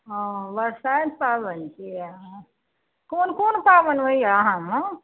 ओ अऽ बरसाइत पाबनि छियै कोन कोन पाबनि होइए अहाँमे